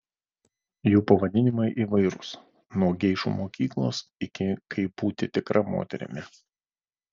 jų pavadinimai įvairūs nuo geišų mokyklos iki kaip būti tikra moterimi